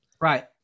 Right